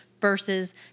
versus